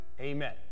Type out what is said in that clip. amen